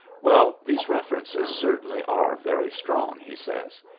well, these references certainly are very strong, he says.